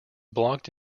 blocked